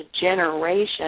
generation